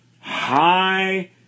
high